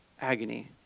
agony